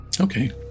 Okay